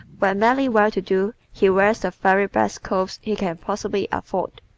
when merely well to do he wears the very best clothes he can possibly afford,